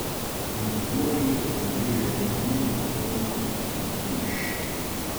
ant buožės spindėjo akmuo didumo sulig kumščiu